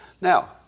Now